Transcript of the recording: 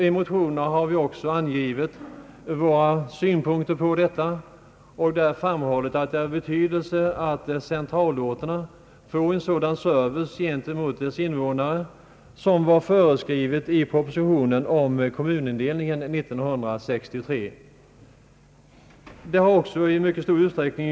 I motionerna har vi på den här punkten framhållit att det är av betydelse att centralorterna får samma service gentemot invånarna på dessa orter som hade föreskrivits i propositionen år 1963 rörande kommunindelningen.